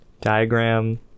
diagram